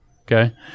okay